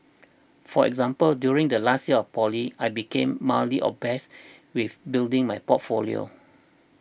for example during the last year of poly I became mildly obsessed with building my portfolio